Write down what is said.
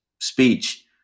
speech